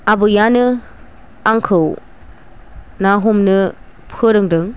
आबैयानो आंखौ ना हमनो फोरोंदों